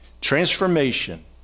Transformation